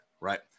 right